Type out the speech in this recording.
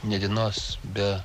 ne dienos be